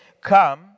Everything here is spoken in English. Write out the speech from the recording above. Come